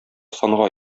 санга